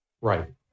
right